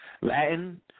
Latin